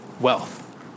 wealth